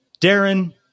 Darren